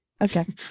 Okay